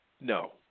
No